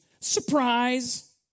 Surprise